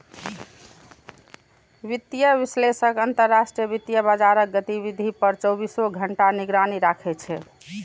वित्तीय विश्लेषक अंतरराष्ट्रीय वित्तीय बाजारक गतिविधि पर चौबीसों घंटा निगरानी राखै छै